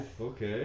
Okay